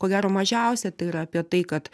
ko gero mažiausia tai yra apie tai kad